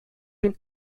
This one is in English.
been